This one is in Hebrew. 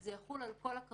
זה יחול על כל הקרנות